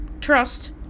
trust